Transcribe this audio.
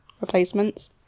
replacements